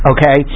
Okay